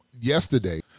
yesterday